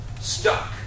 stuck